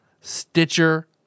Stitcher